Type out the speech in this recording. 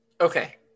Okay